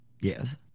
Yes